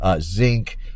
zinc